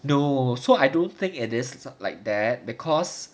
no so I don't think it is like that because